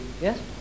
Yes